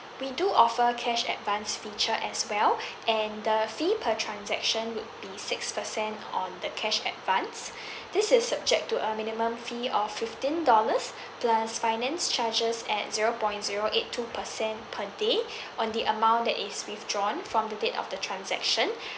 we do offer cash advance feature as well and the fee per transaction would be six percent on the cash advance this is subject to a minimum fee of fifteen dollars plus finance charges at zero point zero eight two percent per day on the amount that is withdrawn from the date of the transaction